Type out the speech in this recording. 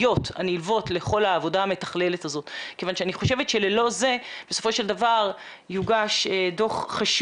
אני חושבת שהיינו שם 30 ומשהו אנשים.